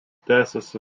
tęsiasi